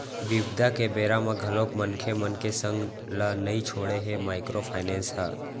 बिपदा के बेरा म घलोक मनखे मन के संग ल नइ छोड़े हे माइक्रो फायनेंस ह